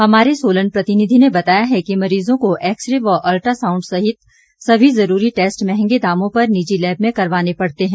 हमारे सोलन प्रतिनिधि ने बताया है कि मरीजों को एक्सरे व अल्ट्रासांउड सहित सभी जरूरी टैस्ट मंहगे दामों पर निजी लैब में करवाने पड़ते हैं